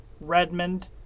Redmond